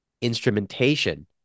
instrumentation